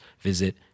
visit